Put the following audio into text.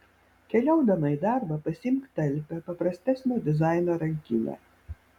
keliaudama į darbą pasiimk talpią paprastesnio dizaino rankinę